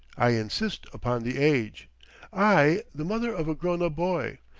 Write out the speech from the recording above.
i insist upon the age i the mother of a grown-up boy!